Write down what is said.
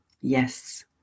Yes